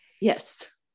yes